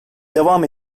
devam